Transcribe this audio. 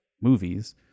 movies